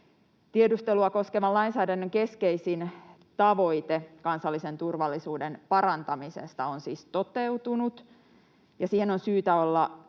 Tiedustelua koskevan lainsäädännön keskeisin tavoite kansallisen turvallisuuden parantamisesta on siis toteutunut, ja siihen on syytä olla